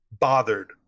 bothered